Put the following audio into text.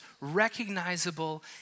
recognizable